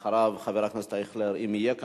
אחריו, חבר הכנסת אייכלר, אם יהיה כאן.